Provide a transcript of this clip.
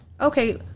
Okay